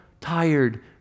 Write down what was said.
tired